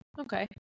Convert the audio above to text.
Okay